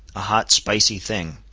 a hot, spicy thing.